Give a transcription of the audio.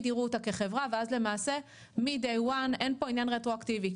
יראו אותה כחברה ואז למעשה מ-day one אין פה עניין רטרואקטיבי,